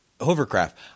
hovercraft